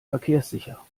verkehrssicher